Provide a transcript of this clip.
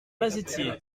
mazetier